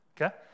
okay